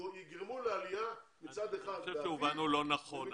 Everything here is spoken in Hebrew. שיגרמו לעלייה בעתיד מצד אחד --- אני חושב שהובנו לא נכון,